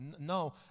no